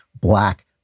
black